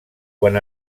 quan